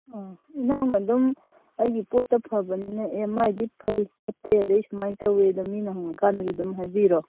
ꯎꯝ ꯏꯅꯥꯎꯅ ꯑꯗꯨꯝ ꯑꯩꯒꯤ ꯄꯣꯠꯇꯣ ꯐꯕꯅꯤꯅ ꯑꯦ ꯃꯥꯏꯗꯤ ꯐꯩ ꯈꯣꯠꯇꯦ ꯑꯗꯩ ꯁꯨꯃꯥꯏ ꯇꯧꯏꯗꯣ ꯃꯤꯅ ꯍꯪꯉꯛꯑꯀꯥꯟꯗꯁꯨ ꯑꯗꯨꯝ ꯍꯥꯏꯕꯤꯔꯣ